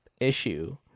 issue